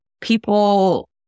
people